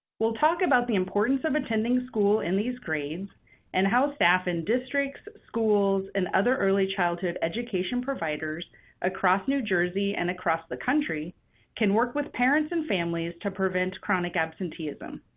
we'll talk about the importance of attending school in these grades and how staff, districts, schools, and other early childhood education providers across new jersey and across the country can work with parents and families to prevent chronic absenteeism.